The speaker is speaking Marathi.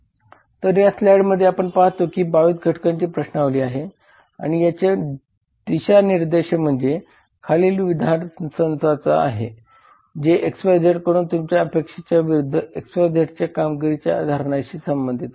तर या स्लाइडमध्ये आपण पाहतो की ही 22 घटकांची प्रश्नावली आहे आणि याचे दिशानिर्देश म्हणजे खालील विधानाचा संच आहे जे XYZ कडून तुमच्या अपेक्षेच्या विरुद्ध XYZ च्या कामगिरीच्या धारणाशी संबंधित आहेत